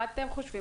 מה אתם חושבים,